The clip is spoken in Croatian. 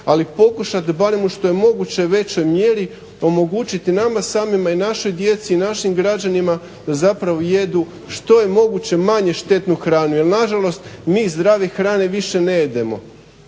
ali pokušat barem što je moguće u većoj mjeri omogućiti nama samima i našoj djeci i našim građanima da zapravo jedu što je moguće manje štetnu hranu. Jer nažalost mi zdrave hrane više ne jedemo.